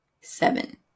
seven